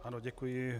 Ano, děkuji.